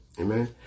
amen